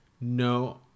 no